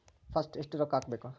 First ಎಷ್ಟು ರೊಕ್ಕ ಹಾಕಬೇಕು?